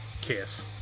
kiss